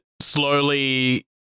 slowly